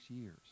years